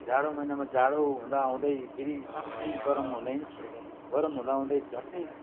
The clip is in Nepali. जाडो महिनामा जाडो हुँदाहुँदै फेरि झट्टै गरम हुने गरम हुँदाहुँदै झट्टै